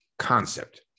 Concept